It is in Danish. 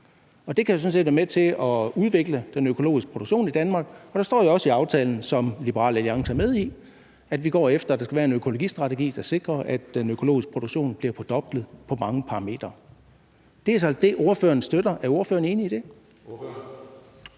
set være med til at udvikle den økologiske produktion i Danmark, og der står jo også i aftalen, som Liberal Alliance er med i, at vi går efter, at der skal være en økologistrategi, der sikrer, at den økologiske produktion bliver fordoblet på mange parametre. Det er så det, ordføreren støtter. Er ordføreren enig i det?